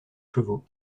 chevaux